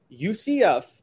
UCF